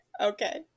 Okay